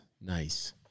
Nice